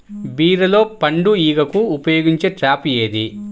బీరలో పండు ఈగకు ఉపయోగించే ట్రాప్ ఏది?